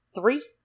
Three